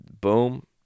boom